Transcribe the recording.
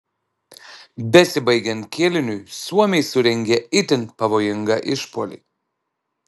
besibaigiant kėliniui suomiai surengė itin pavojingą išpuolį